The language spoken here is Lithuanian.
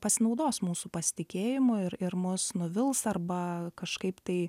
pasinaudos mūsų pasitikėjimu ir ir mus nuvils arba kažkaip tai